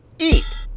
Eat